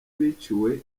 biciwe